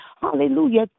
hallelujah